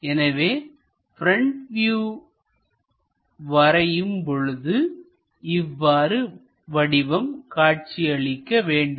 எனவே front view வரையும் பொழுது இவ்வாறு வடிவம் காட்சி அளிக்க வேண்டும்